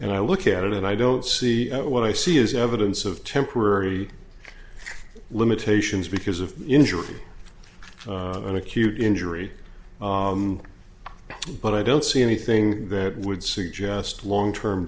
and i look at it and i don't see that what i see is evidence of temporary limitations because of injury an acute injury but i don't see anything that would suggest long term